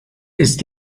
ist